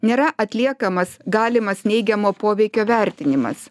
nėra atliekamas galimas neigiamo poveikio vertinimas